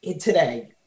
today